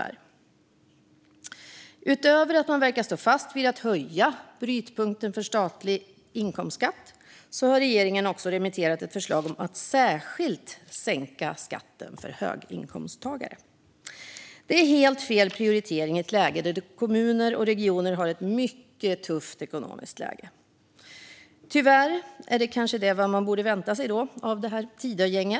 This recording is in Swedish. Utöver att man verkar stå fast vid att höja brytpunkten för statlig inkomstskatt har regeringen också remitterat ett förslag om att särskilt sänka skatten för höginkomsttagare. Det är helt fel prioritering i ett läge där kommuner och regioner har en mycket tuff ekonomisk situation. Tyvärr är detta kanske vad man borde vänta sig av Tidögänget.